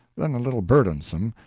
then a little burdensome,